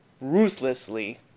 Ruthlessly